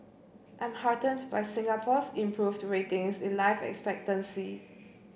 I'm heartened by Singapore's improved ratings in life expectancy